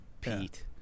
Pete